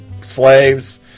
slaves